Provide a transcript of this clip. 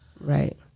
Right